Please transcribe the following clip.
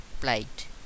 plight